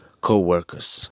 co-workers